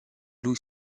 lui